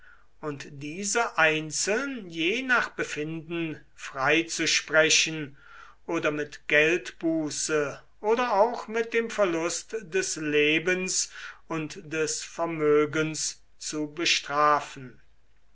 und diese einzeln je nach befinden freizusprechen oder mit geldbuße oder auch mit dem verlust des lebens und des vermögens zu bestrafen